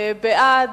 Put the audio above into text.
בעד,